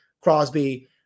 Crosby